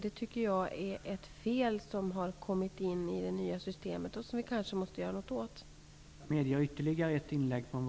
Det är ett fel som har kommit in i det nya systemet och som vi kanske måste göra någonting åt.